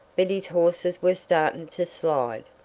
but his horses were starting to slide.